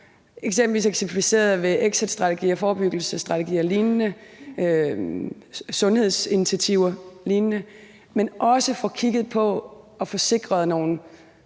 eksempelvis eksemplificeret ved exitstrategier, forebyggelsesstrategier og lignende, sundhedsinitiativer og lignende, men også får kigget på og får sikret nogle